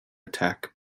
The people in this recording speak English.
attack